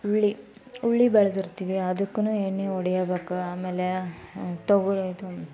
ಹುರ್ಳಿ ಹುರ್ಳಿ ಬೆಳೆದಿರ್ತೀವಿ ಅದಕ್ಕೂ ಎಣ್ಣೆ ಹೊಡೆಯಬೇಕು ಆಮೇಲೆ ತೊಗರಿ ಆಯಿತು